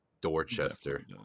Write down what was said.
Dorchester